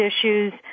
issues